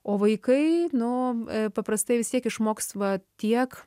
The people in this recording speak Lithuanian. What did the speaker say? o vaikai nu paprastai vis tiek išmoks va tiek